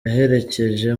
yaherekeje